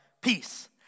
peace